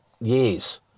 years